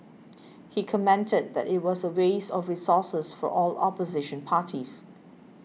he commented that it was a waste of resources for all opposition parties